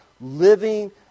Living